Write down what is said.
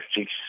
six